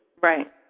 Right